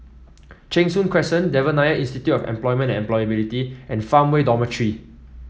Cheng Soon Crescent Devan Nair Institute of Employment Employability and Farmway Dormitory